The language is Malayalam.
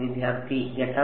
വിദ്യാർത്ഥി ഘട്ടം